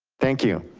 thank you.